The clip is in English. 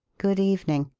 good evening.